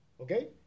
okay